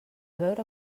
veure